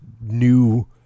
new